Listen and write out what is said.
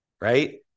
Right